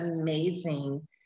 amazing